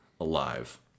alive